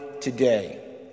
today